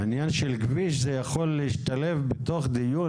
העניין של הכביש הזה יכול להשתלב בתוך דיון,